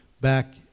back